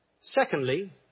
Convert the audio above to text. Secondly